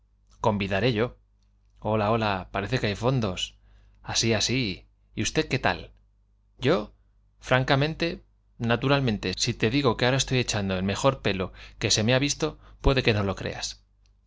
convidaré yo hola hola parece qua hay fondos así así y usted que tal yo il francamente naturalmente si te digo que ahora estoy echando el mejor pelo que se me ha visto puede que no lo crea